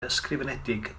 ysgrifenedig